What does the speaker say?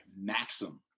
maxim